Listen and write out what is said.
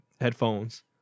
headphones